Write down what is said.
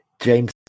James